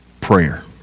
prayer